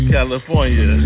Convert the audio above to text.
California